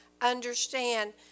understand